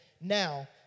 now